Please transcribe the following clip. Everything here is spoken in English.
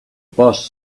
boss